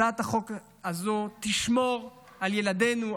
הצעת החוק הזו תשמור על ילדינו,